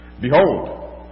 Behold